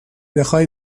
بخای